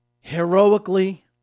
Heroically